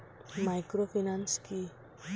Microfinance কি?